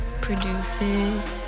produces